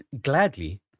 Gladly